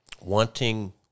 Wanting